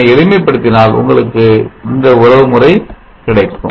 அதனை எளிமை படுத்தினால் உங்களுக்கு இந்த உறவுமுறை கிடைக்கும்